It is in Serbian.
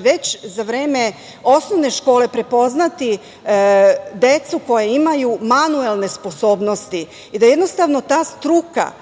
već za vreme osnovne škole prepoznati decu koja imaju manuelne sposobnosti i da jednostavno, ta struka,